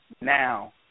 now